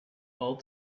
all